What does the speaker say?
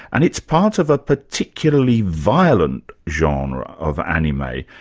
and it's part of a particularly violent genre of anime.